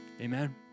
Amen